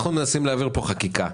להעביר פה חקיקה.